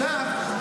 עכשיו,